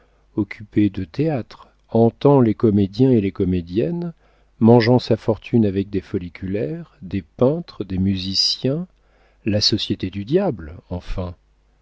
occupée de théâtre hantant les comédiens et les comédiennes mangeant sa fortune avec des folliculaires des peintres des musiciens la société du diable enfin